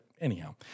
anyhow